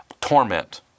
torment